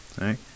right